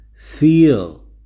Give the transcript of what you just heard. Feel